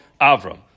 Avram